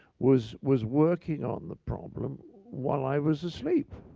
was was working on the problem while i was asleep.